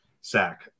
sack